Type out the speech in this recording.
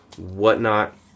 whatnot